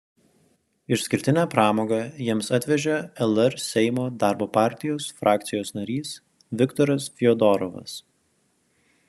išskirtinę pramogą jiems atvežė lr seimo darbo partijos frakcijos narys viktoras fiodorovas